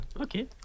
Okay